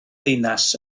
ddinas